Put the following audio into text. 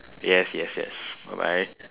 yes yes yes bye bye